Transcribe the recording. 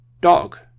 dog